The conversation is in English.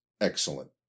excellent